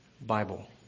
Bible